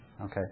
Okay